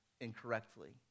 incorrectly